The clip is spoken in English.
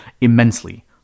immensely